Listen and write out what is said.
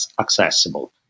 accessible